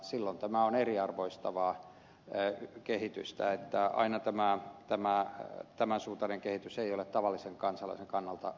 silloin tämä on eriarvoistavaa kehitystä että aina tämä tämän suuntainen kehitys ei ole tavallisen kansalaisen kannalta oikean suuntaista